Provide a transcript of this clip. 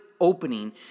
opening